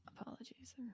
Apologies